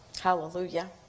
Hallelujah